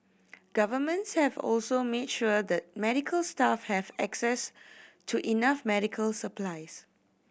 governments have also made sure that medical staff have access to enough medical supplies